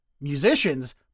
musicians